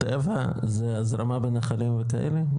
טבע זה הזרמה בנחלים וכאלה?